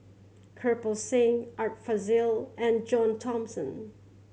Kirpal Singh Art Fazil and John Thomson